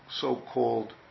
so-called